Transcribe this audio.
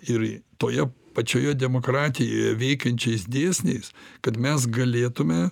ir toje pačioje demokratijoje veikiančiais dėsniais kad mes galėtume